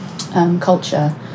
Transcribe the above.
culture